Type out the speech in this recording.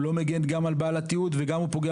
הוא לא מגן גם על בעל התיעוד וגם הוא פוגע